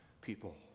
people